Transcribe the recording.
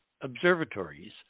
observatories